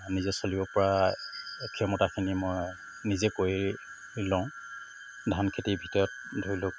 নিজে চলিব পৰা ক্ষমতাখিনি মই নিজে কৰি লওঁ ধান খেতিৰ ভিতৰত ধৰি লওক